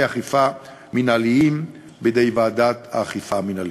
אכיפה מינהליים בידי ועדת האכיפה המינהלית.